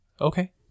okay